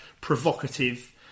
provocative